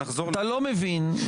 אתה לא מבין.